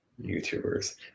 YouTubers